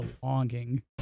belonging